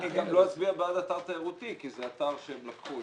אני גם לא אצביע בעד אתר תיירותי כי זה אתר שהם לקחו,